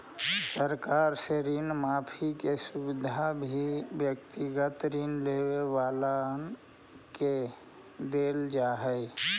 सरकार से ऋण माफी के सुविधा भी व्यक्तिगत ऋण लेवे वालन के देल जा हई